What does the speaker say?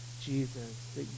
jesus